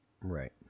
Right